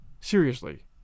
Seriously